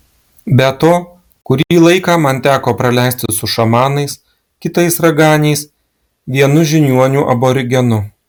be to kurį laiką man teko praleisti su šamanais kitais raganiais vienu žiniuoniu aborigenu